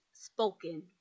spoken